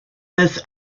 this